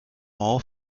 all